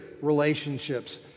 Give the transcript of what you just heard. relationships